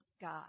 God